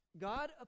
God